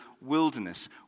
wilderness